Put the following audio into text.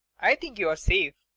i think you're safe.